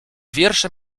wiersze